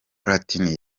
platini